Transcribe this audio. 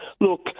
Look